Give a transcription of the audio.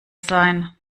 sein